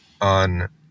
on